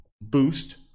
boost